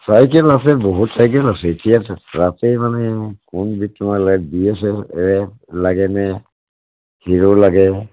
cycle আছে বহুত cycle আছে এতিয়া তাতে মানে কোনবিধ তোমাক লাগে বি এছ এল এ লাগেনে হিৰ' লাগে